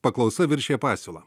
paklausa viršija pasiūlą